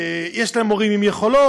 יש להם הורים עם יכולת,